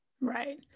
Right